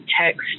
text